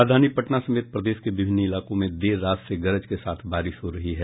राजधानी पटन समेत प्रदेश के विभिन्न इलाकों में देर रात से गरज के साथ बारिश हो रही है